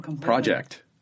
project